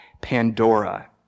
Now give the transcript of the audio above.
Pandora